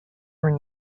were